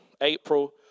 April